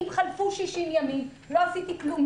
אם חלפו 60 ימים ולא עשיתי כלום,